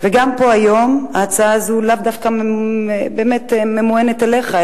וגם היום ההצעה הזאת לאו דווקא ממוענת אליך,